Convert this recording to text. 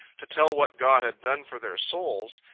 to tell what god had done for their souls,